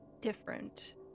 different